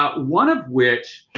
ah one of which,